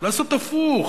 לעשות הפוך: